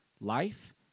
life